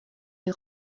est